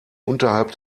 unterhalb